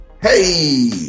Hey